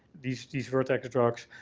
these these vertex drugs.